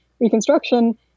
Reconstruction